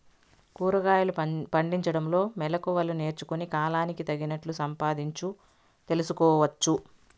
కూరగాయలు పండించడంలో మెళకువలు నేర్చుకుని, కాలానికి తగినట్లు సంపాదించు తెలుసుకోవచ్చు